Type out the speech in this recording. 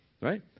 right